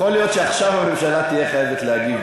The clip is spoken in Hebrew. יכול להיות שעכשיו הממשלה תהיה חייבת להגיב,